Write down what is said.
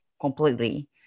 completely